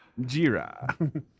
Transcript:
Jira